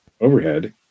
overhead